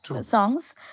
songs